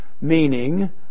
meaning